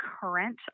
current